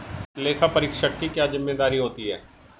लेखापरीक्षक की क्या जिम्मेदारी होती है?